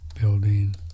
building